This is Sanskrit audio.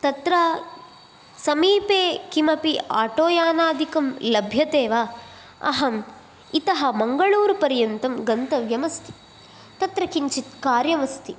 तत्र समीपे किमपि आटो यानादिकं लभ्यते वा अहं इतः मङ्गळूरुपर्यन्तं गन्तव्यमस्ति तत्र किञ्चित् कार्यमस्ति